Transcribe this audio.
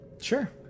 Sure